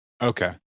Okay